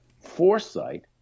foresight